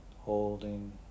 Holding